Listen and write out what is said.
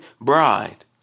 bride